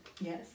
yes